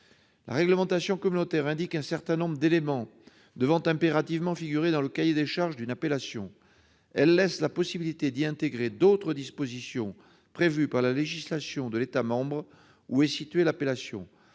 La réglementation communautaire indique un certain nombre d'éléments devant impérativement figurer dans le cahier des charges d'une appellation. Elle laisse la possibilité d'y inclure d'autres dispositions prévues par la législation de l'État membre où est située l'appellation,